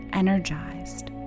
energized